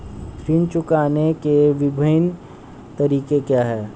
ऋण चुकाने के विभिन्न तरीके क्या हैं?